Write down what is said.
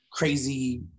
crazy